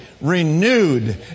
renewed